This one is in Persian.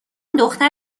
دختر